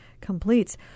completes